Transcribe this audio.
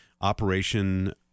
operation